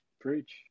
preach